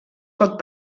pot